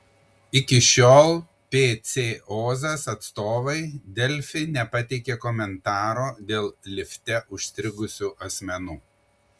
iki šiol pc ozas atstovai delfi nepateikė komentaro dėl lifte užstrigusių asmenų